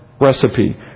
recipe